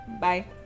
Bye